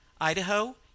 Idaho